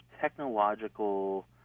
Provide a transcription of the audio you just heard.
technological